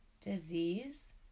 disease